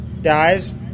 Dies